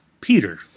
Peter